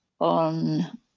On